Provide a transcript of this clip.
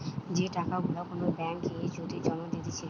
যে টাকা গুলা কোন ব্যাঙ্ক এ যদি জমা দিতেছে